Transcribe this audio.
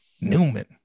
Newman